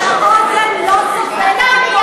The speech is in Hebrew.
האוזן לא סובלת,